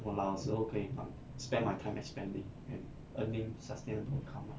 我老的时候可以 um spend my time expanding and earning sustainable income lah